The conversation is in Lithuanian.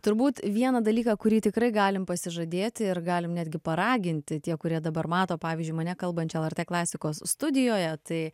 turbūt vieną dalyką kurį tikrai galim pasižadėti ir galim netgi paraginti tie kurie dabar mato pavyzdžiui mane kalbančią lrt klasikos studijoje tai